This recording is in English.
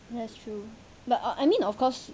that's true but err I mean of course